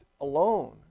alone